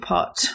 Pot